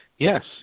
Yes